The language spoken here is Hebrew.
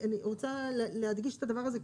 אני רוצה להדגיש את הדבר הזה,